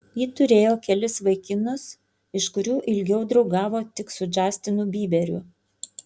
ji turėjo kelis vaikinus iš kurių ilgiau draugavo tik su džastinu byberiu